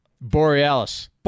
Borealis